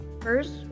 First